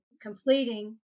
completing